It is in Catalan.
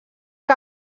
que